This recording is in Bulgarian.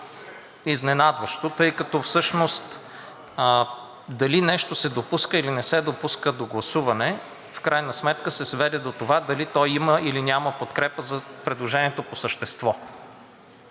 изненадващо, тъй като всъщност дали нещо се допуска, или не се допуска до гласуване, в крайна сметка се сведе до това, дали то има, или няма подкрепа за предложението по същество.